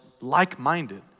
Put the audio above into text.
like-minded